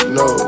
no